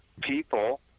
people